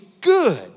good